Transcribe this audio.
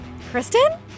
Kristen